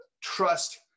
trust